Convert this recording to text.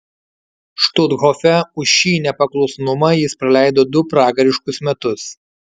štuthofe už šį nepaklusnumą jis praleido du pragariškus metus